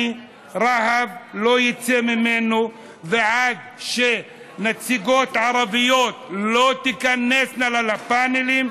רהב לא יצא ממנו ועד שנציגות ערביות לא תיכנסנה לפאנלים,